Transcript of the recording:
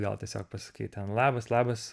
gal tiesiog pasakai ten labas labas